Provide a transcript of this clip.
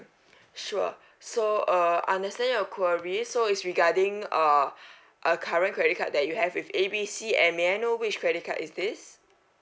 sure so uh I understand your queries so is regarding uh a current credit card that you have with A B C and may I know which credit card is this